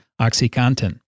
OxyContin